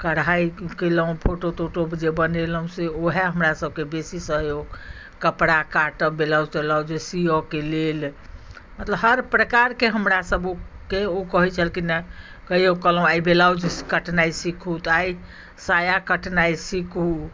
कढ़ाइ केलहुँ फोटो तोटो जे बनेलहुँ से ओहए हमरा सबकेँ बेसी सहयोग कपड़ा काटब ब्लाउज तलाउज सीअके लेल मतलब हर प्रकारके हमरा सबकेँ ओ कहैत छलखिन हँ कहियो कहलहुँ आइ ब्लाउज कटनाइ सिखु तऽ आइ साया कटनाइ सिखु